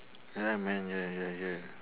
ya man ya ya ya